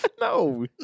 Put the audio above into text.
No